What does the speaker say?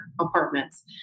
apartments